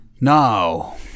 Now